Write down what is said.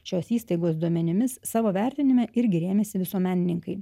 šios įstaigos duomenimis savo vertinime irgi rėmėsi visuomenininkai